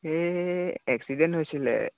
এই এক্সিডেণ্ট হৈছিলে